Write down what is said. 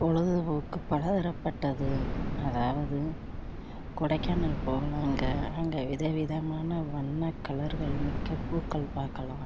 பொழுதுபோக்கு பலதரப்பட்டது அதாவது கொடைக்கானல் போகலாங்க அங்கே வித விதமான வண்ணக் கலர்கள் மிக்க பூக்கள் பார்க்கலாம்